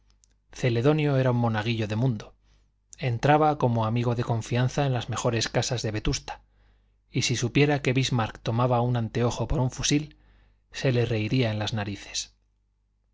celedonio era un monaguillo de mundo entraba como amigo de confianza en las mejores casas de vetusta y si supiera que bismarck tomaba un anteojo por un fusil se le reiría en las narices